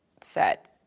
set